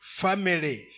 family